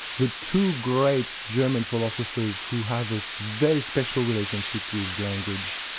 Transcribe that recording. the two great german philosophers who have a so very special relationship with language